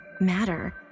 matter